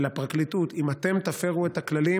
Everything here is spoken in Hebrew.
לפרקליטות: אם אתם תפרו את הכללים,